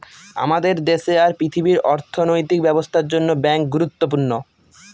আমাদের দেশে আর পৃথিবীর অর্থনৈতিক ব্যবস্থার জন্য ব্যাঙ্ক গুরুত্বপূর্ণ